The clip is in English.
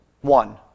one